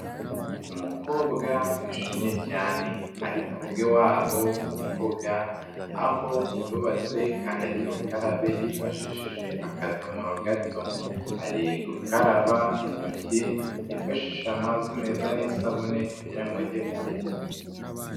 Umukobwa wishimye cyane, ari mu rugo iwabo mu mbuga aho yubatse kandagira ukarabe yifashishije akadomoro gato. Ari gukaraba intoki yifashishije amazi meza n'isabune kugira ngo ajye kurya.